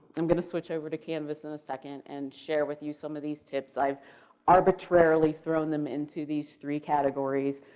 i'm going to switch over to canvas in a second and share with you some of these tips, i've arbitrarily thrown them into these three categories,